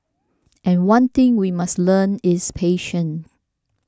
and one thing we must learn is patience